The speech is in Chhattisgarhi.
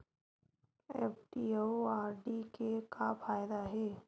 एफ.डी अउ आर.डी के का फायदा हे?